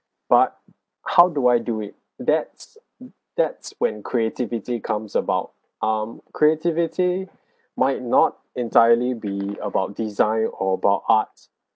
but how do I do it that's that's when creativity comes about um creativity might not entirely be about desire or about arts